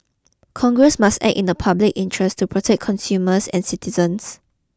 congress must act in a public interest to protect consumers and citizens